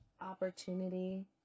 opportunity